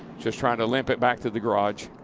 just trying to limp it back to the garage.